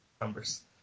numbers